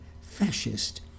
fascist